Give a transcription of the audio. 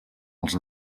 els